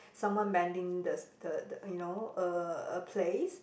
someone banding the the you know a a place